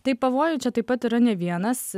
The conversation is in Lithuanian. tai pavojų čia taip pat yra ne vienas